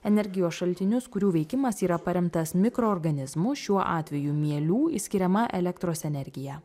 energijos šaltinius kurių veikimas yra paremtas mikroorganizmų šiuo atveju mielių išskiriama elektros energija